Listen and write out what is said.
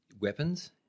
weapons